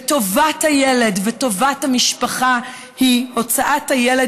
וטובת הילד וטובת המשפחה הן הוצאות הילד